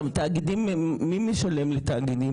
ומי משלם לתאגידים?